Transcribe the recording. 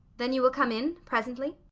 then you will come in presently?